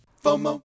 FOMO